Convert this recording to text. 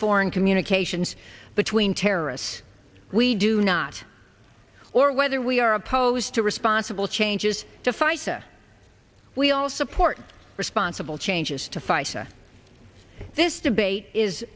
foreign communications between terrorists we do not or whether we are opposed to responsible changes to fica we all support responsible changes to fight this debate is